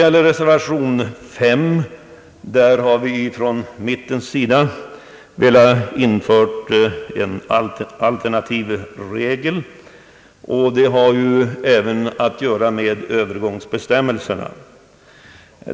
I reservation nr 5 har vi från mittenpartiernas sida velat införa en alternativregel, och det har även att göra med övergångsbestämmelserna.